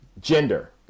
gender